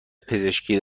پزشکی